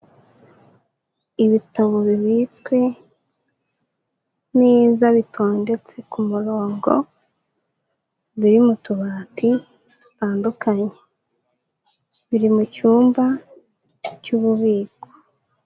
Ibitabo bibitswe neza bitondetse ku murongo, biri mu tubati dutandukanye, biri mu cyumba cy'ububiko.